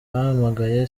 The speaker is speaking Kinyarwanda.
bampamagaye